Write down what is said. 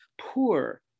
poor